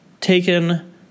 taken